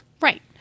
Right